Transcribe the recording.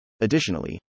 Additionally